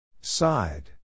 Side